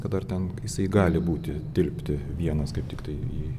kad dar ten jisai gali būti tilpti vienas kaip tiktai